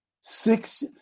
Six